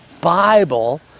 Bible